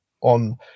on